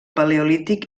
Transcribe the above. paleolític